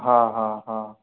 हा हा हा